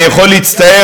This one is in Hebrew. אני יכול להצטער,